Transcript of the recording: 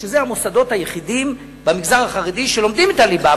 שזה המוסדות היחידים במגזר החרדי שלומדים את הליבה,